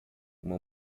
uma